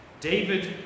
David